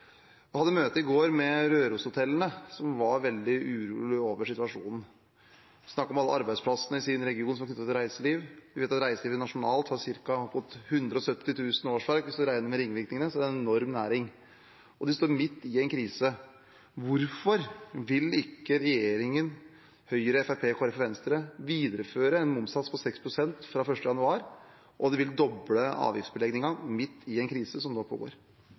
hadde et møte i går med Røros-hotellene, som var veldig urolig over situasjonen. De snakket om alle arbeidsplassene i sin region som er knyttet til reiseliv. Vi vet at reiselivet nasjonalt har ca. 170 000 årsverk hvis man regner med ringvirkningene, så det er en enorm næring, og de står midt i en krise. Hvorfor vil ikke regjeringen, og Høyre, Fremskrittspartiet, Kristelig Folkeparti og Venstre, videreføre en momssats på 6 pst. fra 1. januar, men doble avgiftsbeleggingen midt i en krise som nå pågår?